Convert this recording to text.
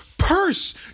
Purse